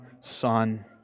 Son